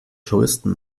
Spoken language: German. touristen